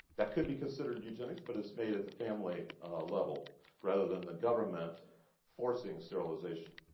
that could be considered eugenics, but it's made at the family level rather than the government forcing sterilization.